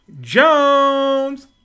Jones